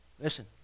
Listen